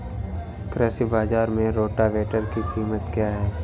कृषि बाजार में रोटावेटर की कीमत क्या है?